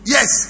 Yes